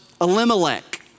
Elimelech